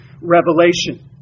revelation